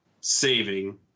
saving